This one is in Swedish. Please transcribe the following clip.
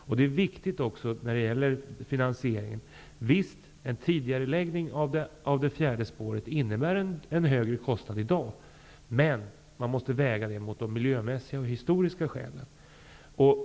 När det gäller finansieringen är det också viktigt att en tidigareläggning av det fjärde spåret naturligtvis innebär en högre kostnad i dag. Men man måste väga det mot de miljömässiga och historiska skälen.